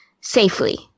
safely